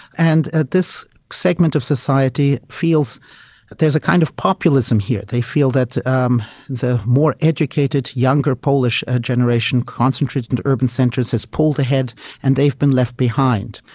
and this segment of society feels that there is a kind of populism here, they feel that um the more educated younger polish ah generation concentrated into urban centres has pulled ahead and they've been left behind.